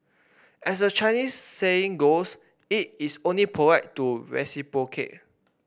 as the Chinese saying goes it is only polite to reciprocate